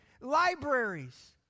libraries